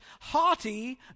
haughty